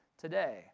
today